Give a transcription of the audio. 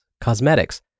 cosmetics